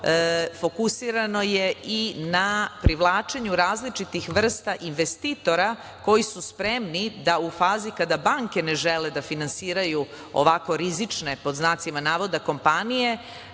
fokusirano je i na privlačenju različitih vrsta investitora koji su spremni da u fazi kada banke ne žele da finansiraju ovako rizične "kompanije",